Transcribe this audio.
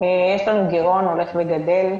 יש לנו גירעון הולך וגדל,